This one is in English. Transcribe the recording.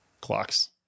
clocks